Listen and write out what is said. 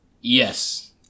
Yes